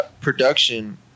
production